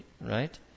Right